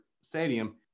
stadium